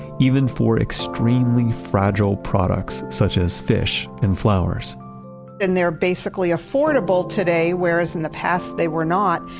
even for extremely fragile products such as fish and flowers and they're basically affordable today, whereas in the past they were not,